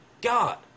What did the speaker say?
God